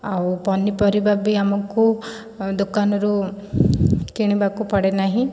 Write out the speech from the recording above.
ଆଉ ପନିପରିବା ବି ଆମକୁ ଦୋକାନରୁ କିଣିବାକୁ ପଡ଼େନାହିଁ